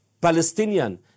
Palestinian